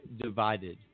divided